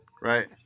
Right